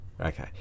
Okay